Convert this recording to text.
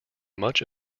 much